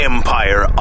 Empire